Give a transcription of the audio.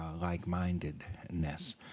like-mindedness